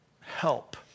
help